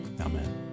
Amen